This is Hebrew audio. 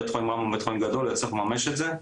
בית חולים רמב"ם הוא בית חולים גדול ונצליח לממש את זה,